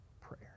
prayer